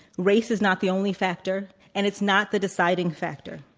race is not the only factor and it's not the deciding factor.